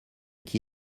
qui